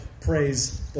praise